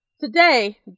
today